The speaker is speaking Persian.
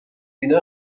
بینه